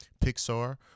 Pixar